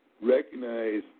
recognize